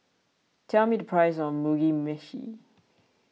tell me the price of Mugi Meshi